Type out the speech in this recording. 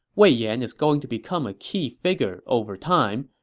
wei yan is going to become a key figure over time,